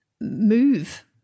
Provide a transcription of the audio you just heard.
move